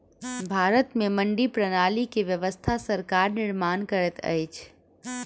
भारत में मंडी प्रणाली के व्यवस्था सरकार निर्माण करैत अछि